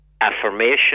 affirmation